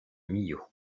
millau